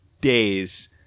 days